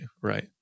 right